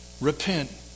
repent